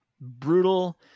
brutal